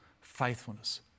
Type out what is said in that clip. faithfulness